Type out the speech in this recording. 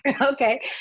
Okay